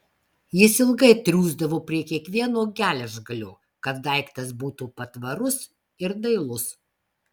jis ilgai triūsdavo prie kiekvieno geležgalio kad daiktas būtų patvarus ir dailus